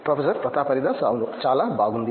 professor Pratap Haridas అవును చాలా బాగుంది